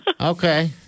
Okay